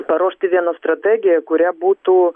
paruošti vieną strategiją kuria būtų